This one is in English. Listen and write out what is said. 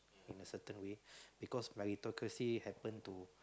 in a certain way because meritocracy happen to